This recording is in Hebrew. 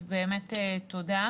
אז באמת תודה.